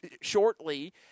shortly